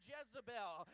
Jezebel